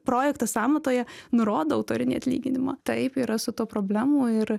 projekto sąmatoje nurodo autorinį atlyginimą taip yra su tuo problemų ir